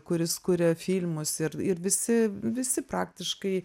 kuris kuria filmus ir ir visi visi praktiškai